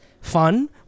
fun